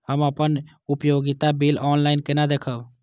हम अपन उपयोगिता बिल ऑनलाइन केना देखब?